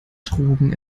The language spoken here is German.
drogen